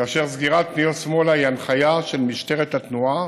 כאשר סגירת פניות שמאלה היא הנחיה של משטרת התנועה